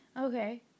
okay